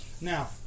Now